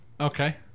okay